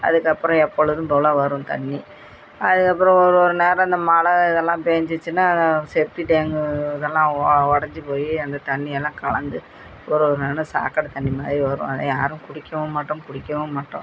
அதுக்கப்புறம் எப்பொழுதும் போல வரும் தண்ணி அதுக்கப்புறம் ஒரு ஒரு நேரம் இந்த மழை இதெல்லாம் பேய்ஞ்சிச்சின்னா செப்ட்டி டேங்கு இதெல்லாம் ஒடைஞ்சி போய் அந்த தண்ணியெல்லாம் கலந்து ஒரு ஒரு நேரம் சாக்கடை தண்ணி மாதிரி வரும் அதை யாரும் குடிக்கவும் மாட்டோம் பிடிக்கவும் மாட்டோம்